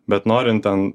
bet norint ten